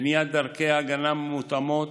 בניית דרכי הגנה מותאמות